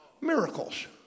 Miracles